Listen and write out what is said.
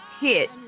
hit